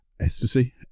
ecstasy